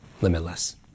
limitless